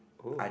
oh